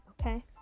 okay